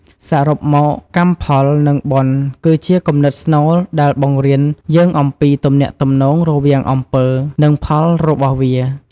សរុបមក កម្មផល និង បុណ្យ គឺជាគំនិតស្នូលដែលបង្រៀនយើងអំពី ទំនាក់ទំនងរវាងអំពើ និងផលរបស់វា។